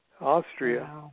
Austria